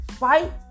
Fight